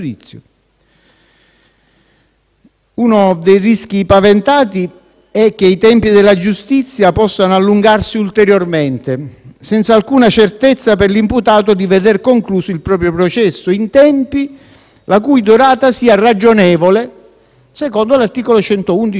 Uno dei rischi paventati è che i tempi della giustizia possano allungarsi ulteriormente, senza alcuna certezza per l'imputato di veder concluso il proprio processo in tempi la cui durata sia ragionevole, secondo l'articolo 111 della Costituzione,